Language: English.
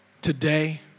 today